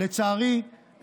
לצערי,